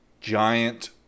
giant